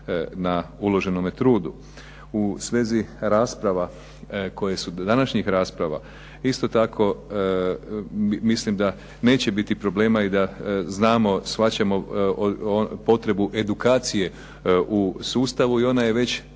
su, današnjih rasprava, isto tako mislim da neće biti problema i da znamo, shvaćamo potrebu edukacije u sustavu i ona je već